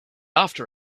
after